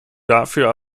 dafür